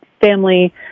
family